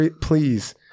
please